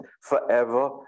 forever